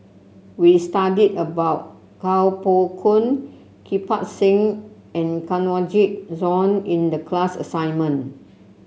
we studied about Kuo Pao Kun Kirpal Singh and Kanwaljit Soin in the class assignment